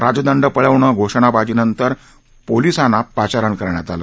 राजदंड पळवणे घोषणाबाजीनंतर पोलिसांनी पाचारण करण्यात आलं